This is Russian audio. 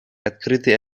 открытый